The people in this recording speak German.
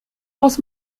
haus